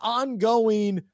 ongoing